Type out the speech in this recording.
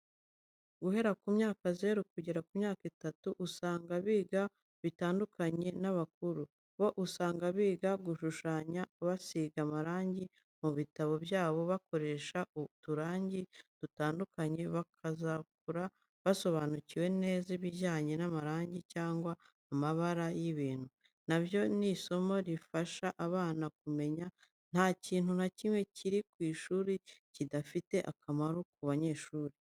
Guhera kumyaka zero kugeza ku myaka itatu, usanga biga bitandukanye n'abakuru. Bo usanga biga gushushanya, basiga amarangi mu bitabo byabo, bakoresheje uturangi dutandukanye, bakazakura basobanukiwe neza ibijyanye n'amarangi cyangwa amabara y'ibintu. Na byo ni isomo rifasha abana kumenya. Nta kintu na kimwe kiri ku ishuri kidafite akamaro ku banyeshuri.